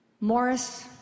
Morris